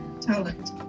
talent